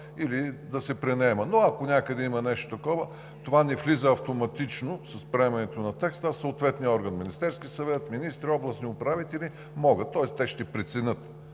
или да се пренаема. Но ако някъде има нещо такова, това не влиза автоматично с приемането на текста, а съответният орган – Министерският съвет, министри, областни управители, могат, тоест те ще преценят